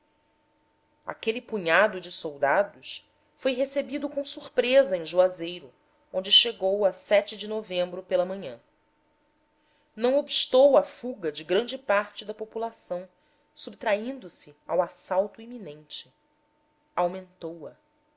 aquele punhado de soldados foi recebido com surpresa em juazeiro onde chegou a de novembro pela manhã não obstou a fuga de grande parte da população subtraindo se ao assalto iminente aumentou a